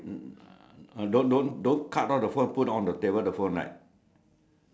the shark right no lah that one we done already the remains doing fishing